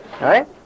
right